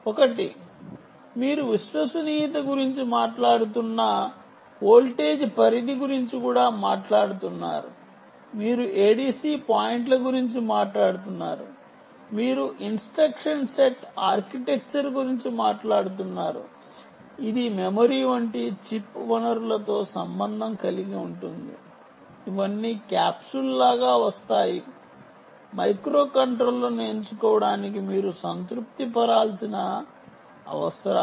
ఒకటి మీరు విశ్వసనీయత గురించి మాట్లాడుతున్న వోల్టేజ్ పరిధి గురించి కూడా మాట్లాడుతున్నారు మీరు ADC పాయింట్ల గురించి మాట్లాడుతున్నారు మీరు ఇన్స్ట్రక్షన్ సెట్ ఆర్కిటెక్చర్ గురించి మాట్లాడుతున్నారు ఇది మెమరీ వంటి చిప్ వనరులతో సంబంధం కలిగి ఉంటుంది ఇవన్నీ క్యాప్సూల్ లాగా వస్తాయి మైక్రోకంట్రోలర్ను ఎంచుకోవడానికి మీరు సంతృప్తి పరచాల్సిన అవసరాలు